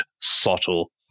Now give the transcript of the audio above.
subtle